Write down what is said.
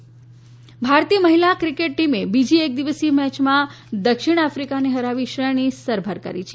cricket ભારતીય મહિલા cricket ટીમે બીજી એક દિવસીય મેચમાં દક્ષિણ આફીકાને હરાવી શ્રેણી સરભર કરી છે